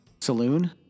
saloon